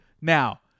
Now